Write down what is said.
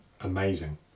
amazing